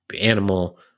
animal